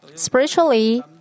Spiritually